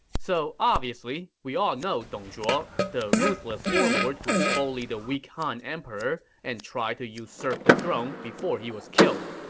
so, obviously we all know dong zhuo, the ruthless warlord who bullied the weak han emperor and tried to usurp the throne before he was killed.